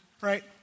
right